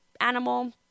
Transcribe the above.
animal